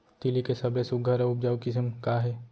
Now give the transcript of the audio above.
तिलि के सबले सुघ्घर अऊ उपजाऊ किसिम का हे?